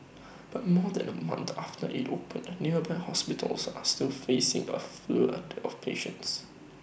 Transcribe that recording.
but more than A month after IT opened nearby hospitals are still facing A flood of patients